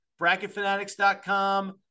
Bracketfanatics.com